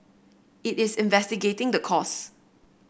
it is investigating the cause